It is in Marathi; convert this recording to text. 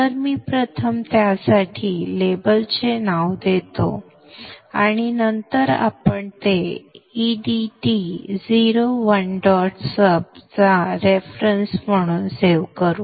तर मी प्रथम त्यासाठी लेबलचे नाव देतो आणि नंतर आपण ते edt zero one dot sub चा संदर्भ म्हणून सेव्ह करू